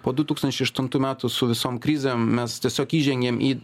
po du tūkstančiai aštuntų metų su visom krizėm mes tiesiog įžengėm į